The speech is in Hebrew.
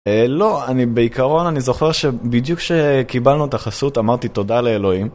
לא, אני בעיקרון, אני זוכר שבדיוק שקיבלנו את החסות אמרתי תודה לאלוהים.